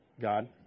God